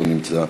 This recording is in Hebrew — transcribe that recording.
לא נמצא,